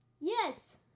Yes